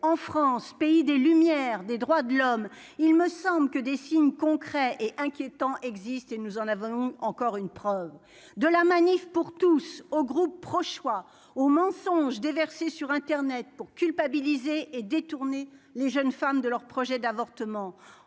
en France, pays des lumières, des droits de l'homme, il me semble que des signes concrets et inquiétant existent et nous en avons encore une preuve de la Manif pour tous au groupe ProChoix aux mensonges déversés sur Internet pour culpabiliser et détourner les jeunes femmes de leur projet d'avortement